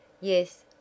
Yes